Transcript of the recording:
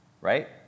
right